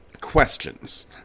questions